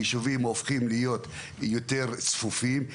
היישובים הופכים להיות יותר צפופים,